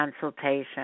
consultation